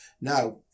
Now